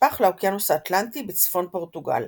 שנשפך לאוקיינוס האטלנטי בצפון פורטוגל.